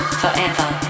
forever